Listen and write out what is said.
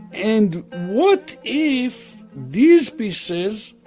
and what if these pieces,